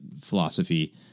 philosophy